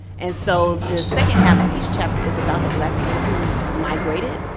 and so, the second half of each chapter is about the black people who migrated,